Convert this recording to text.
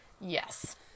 Yes